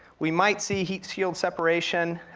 we might see heat shield separation,